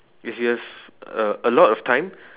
if you have a a lot of time